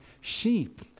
sheep